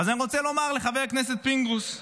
אז אני רוצה לומר לחבר הכנסת פינדרוס: